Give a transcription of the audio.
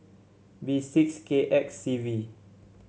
B six K X C V